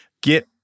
get